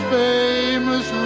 famous